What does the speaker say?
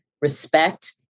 respect